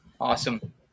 Awesome